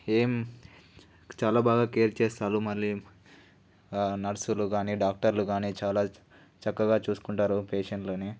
ఏం చాలా బాగా కేర్ చేస్తారు మళ్ళీ నర్సులు కానీ డాక్టర్లు కానీ చాలా చక్కగా చూసుకుంటారు పేషెంట్లని